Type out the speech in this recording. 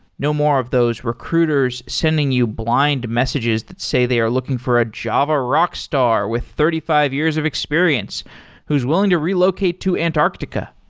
no more of those recruiters sending you blind messages that say they are looking for a java rockstar with thirty five years of experience who's willing to relocate to antarctica.